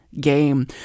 game